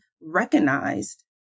recognized